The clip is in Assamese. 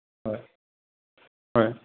হয় হয়